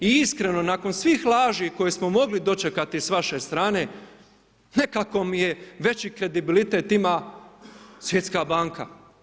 I iskreno nakon svih laži koje smo mogli dočekati s vaše strane, nekako mi je veći kredibilitet ima Svjetska banka.